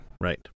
Right